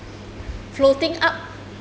floating up